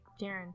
Jaren